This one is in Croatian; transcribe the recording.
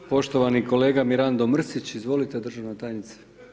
Poštovani kolega Mirando Mrsić, izvolite državna tajnice.